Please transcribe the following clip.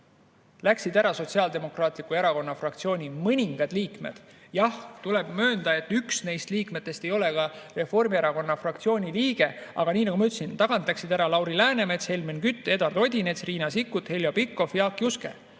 läksid ära Sotsiaaldemokraatliku Erakonna fraktsiooni mõningad liikmed. Jah, tuleb möönda, et üks neist liikmetest ei ole ka Reformierakonna fraktsiooni liige, aga nii nagu ma ütlesin, tagant läksid ära Lauri Läänemets, Helmen Kütt, Eduard Odinets, Riina Sikkut, Heljo Pikhof ja Jaak Juske.